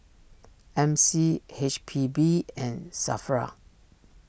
M C H P B and Safra